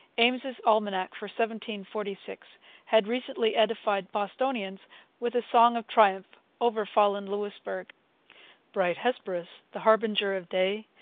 ames's almanac for one forty six had recently edified bostonians with a song of triumph over fallen louisbourg bright hesperus, the harbinger of day,